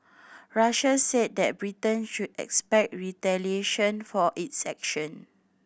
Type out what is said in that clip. Russia said that Britain should expect retaliation for its action